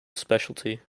specialty